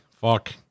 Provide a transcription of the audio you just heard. fuck